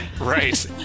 Right